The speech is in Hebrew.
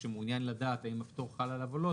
שמעוניין לדעת האם הפטור חל עליו או לא,